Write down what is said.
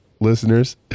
listeners